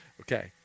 Okay